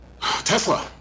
Tesla